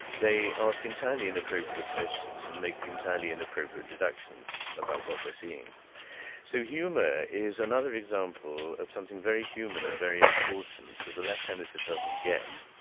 they ask entirely inappropriate questions and make entirely inappropriate deductions about what they're seeing so humor is another example of something very human and very important that the left hemisphere doesn't get.